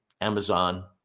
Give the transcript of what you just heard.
Amazon